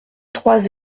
trois